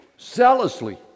zealously